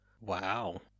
wow